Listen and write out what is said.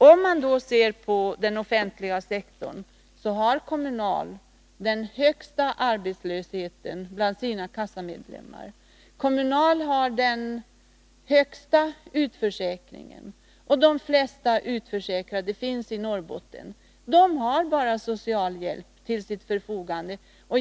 Om vi sedan ser på den offentliga sektorn finner vi att Kommunal är det fackförbund som har den högsta arbetslösheten bland sina kassamedlemmar. Kommunal har den högsta utförsäkringen, och de flesta utförsäkrade finns i Norrbotten. De har bara socialhjälp till sitt förfogande.